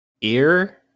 Ear